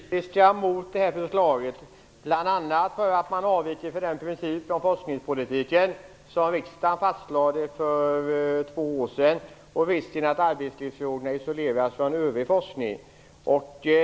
Fru talman! Vi har varit kritiska mot detta förslag, bl.a. därför att man i detta avviker från den princip för forskningspolitiken som riksdagen fastlade för två år sedan, så att det blir risk för att arbetslivsforskningen isoleras från övrig forskning.